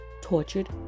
tortured